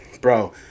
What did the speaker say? bro –